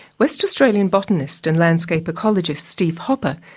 west australian botanist and landscape ecologist steve hopper,